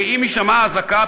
ועם הישמע האזעקה,